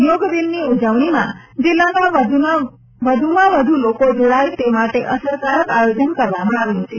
યોગ દિનની ઉજવણીમાં જિલ્લાનાં વધુમાં વધુ લોકો જોડાય તે માટે અસરકારક આયોજન કરવામાં આવ્યું છે